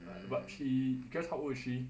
but she guess how old is she